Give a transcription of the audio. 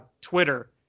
Twitter